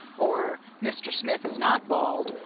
or mr. smith is not bald,